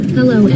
Hello